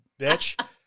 bitch